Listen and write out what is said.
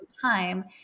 time